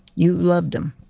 you loved them.